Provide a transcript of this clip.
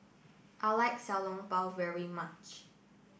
I like Xiao Long Bao very much